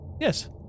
Yes